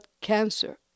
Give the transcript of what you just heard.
cancer